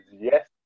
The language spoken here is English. yes